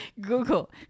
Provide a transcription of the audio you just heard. Google